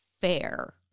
Fair